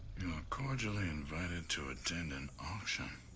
cordially invited to attend an auction.